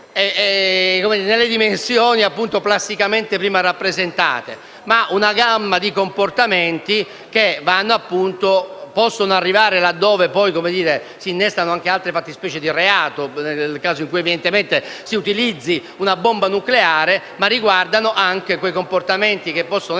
nelle dimensioni plasticamente prima rappresentate, ma di una gamma di comportamenti che possono arrivare laddove si innestano anche altre fattispecie di reato, nel caso in cui si utilizzi una bomba nucleare. Ciò riguarda anche quei comportamenti che possono essere